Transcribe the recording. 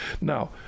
Now